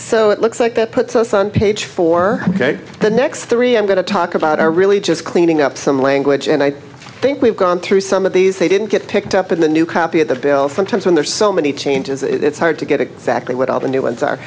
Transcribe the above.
so it looks like that puts us on page four ok the next three i'm going to talk about are really just cleaning up some language and i think we've gone through some of these they didn't get picked up in the new copy of the bill sometimes when there's so many changes it's hard to get exactly what all the new ones are